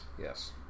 Yes